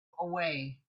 away